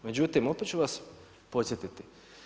Međutim, opet ću vas podsjetiti.